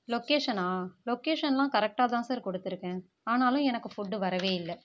லொக்கேஷனா லொக்கேஷன்லாம் கரெக்ட்டாக தான் சார் கொடுத்துருக்கேன் ஆனாலும் எனக்கு ஃபுட்டு வரவே இல்லை